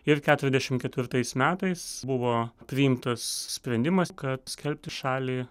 ir keturiasdešimt ketvirtais metais buvo priimtas sprendimas kad skelbti šalį